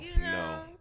no